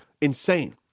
insane